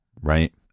right